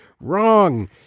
wrong